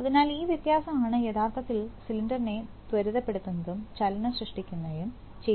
അതിനാൽ ഈ വ്യത്യാസം ആണ് യഥാർത്ഥത്തിൽ സിലിണ്ടറിനെ ത്വരിതപ്പെടുത്തുകയും ചലനം സൃഷ്ടിക്കുകയും ചെയ്യുന്നത്